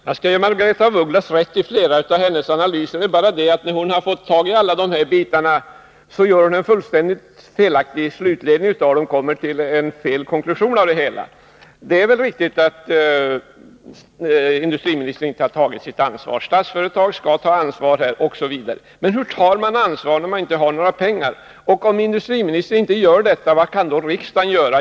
Herr talman! Jag skall ge Margaretha af Ugglas rätt i flera av hennes analyser. Det är bara det att när hon har fått tag i alla bitar så gör hon en fullständigt felaktig slutledning. Det är väl riktigt att industriministern inte tagit sitt ansvar, att Statsföretag skall ta ansvar osv. Men hur tar man ansvar när man inte har några pengar? Och om industriministern inte gör något, vad kan då riksdagen göra?